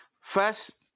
first